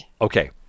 Okay